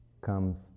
comes